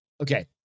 Okay